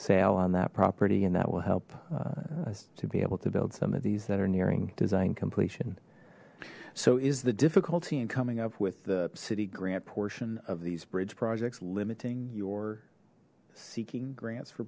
sale on that property and that will help us to be able to build some of these that are nearing design completion so is the difficulty in coming up with the city grant portion of these bridge projects limiting your seeking grants for